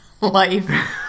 life